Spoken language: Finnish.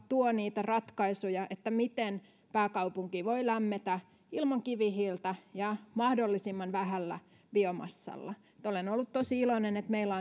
tuo niitä ratkaisuja miten pääkaupunki voi lämmetä ilman kivihiiltä ja mahdollisimman vähällä biomassalla olen ollut tosi iloinen että meillä